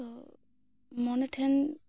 ᱛᱚ ᱢᱚᱱᱮ ᱴᱷᱮᱱ